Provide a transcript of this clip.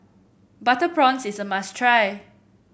Butter Prawns is a must try